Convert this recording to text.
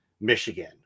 Michigan